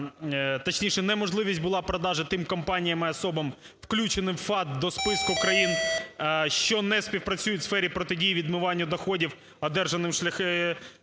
точніше, неможливість була продажу тим компаніям і особам, включенимFATF до списку країн, що не співпрацюють у сфері протидії відмиванню доходів, одержаних злочинним